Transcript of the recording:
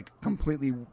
completely